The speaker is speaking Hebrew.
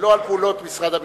ולא לפעולות משרד הביטחון.